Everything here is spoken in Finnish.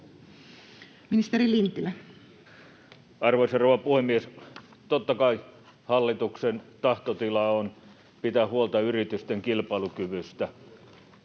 Ministeri Lintilä Arvoisa rouva puhemies! Totta kai hallituksen tahtotila on pitää huolta yritysten kilpailukyvystä,